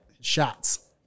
shots